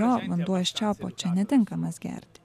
jo vanduo iš čiaupo čia netinkamas gerti